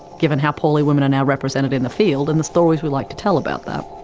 given how poorly women are now represented in the field, and the stories we like to tell about that.